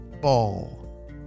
ball